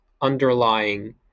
underlying